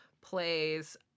plays